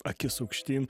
akis aukštyn